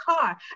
car